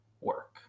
work